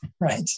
right